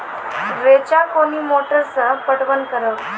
रेचा कोनी मोटर सऽ पटवन करव?